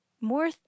more